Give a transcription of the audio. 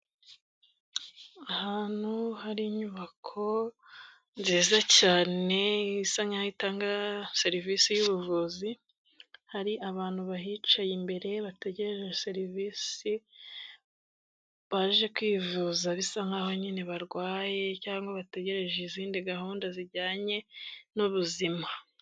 Ahantu hari inyubako nziza cyane isa nkaho itanga serivisi y'ubuvuzi, hari abantu bahicaye imbere bategereje serivisi baje kwivuza bisa nk'aho nyine barwaye cyangwa bategereje izindi gahunda zijyanye n'ubuzima.